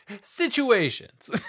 situations